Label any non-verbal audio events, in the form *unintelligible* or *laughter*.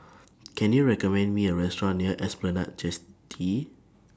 Can YOU recommend Me A Restaurant near Esplanade *unintelligible*